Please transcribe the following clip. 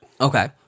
okay